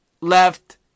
left